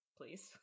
please